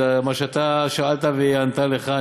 זה מה שאתה שאלת והיא ענתה לך.